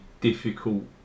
difficult